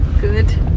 Good